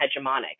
hegemonic